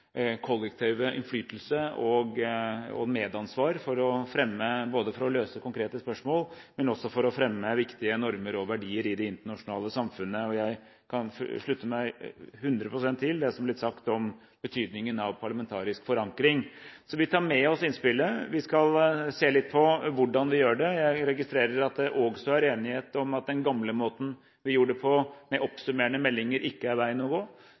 kollektive innflytelse og medansvar både for å løse konkrete spørsmål og for å fremme viktige normer og verdier i det internasjonale samfunnet. Jeg kan slutte meg 100 pst. til det som er blitt sagt om betydningen av parlamentarisk forankring, så vi tar med oss innspillet. Vi skal se litt på hvordan vi gjør det. Jeg registrerer at det også er enighet om at den gamle måten vi gjorde det på, med oppsummerende meldinger, ikke er veien å gå,